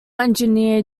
engineer